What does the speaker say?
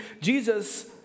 Jesus